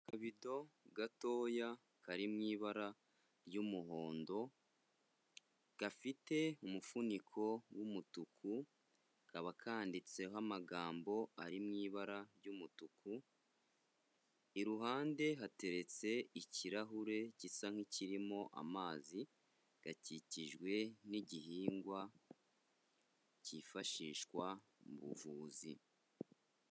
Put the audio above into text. Akabido gatoya kari mu ibara ry'umuhondo gafite umufuniko w'umutuku, kakaba kanditseho amagambo ari mu ibara ry'umutuku. Iruhande hateretse ikirahure gisa nk'ikirimo amazi. Gakikijwe n'igihingwa cyifashishwa mu buvuzi.